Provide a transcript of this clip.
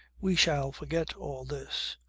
we shall forget all this.